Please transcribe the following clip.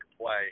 play